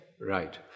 Right